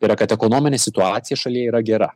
yra kad ekonominė situacija šalyje yra gera